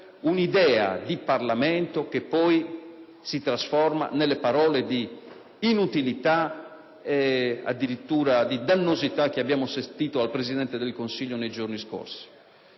un'idea di Parlamento che poi si trasforma nelle parole di inutilità e addirittura di dannosità che abbiamo sentito dal Presidente del Consiglio nei giorni scorsi.